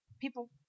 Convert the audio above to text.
people